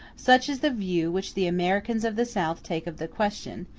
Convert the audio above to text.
such is the view which the americans of the south take of the question,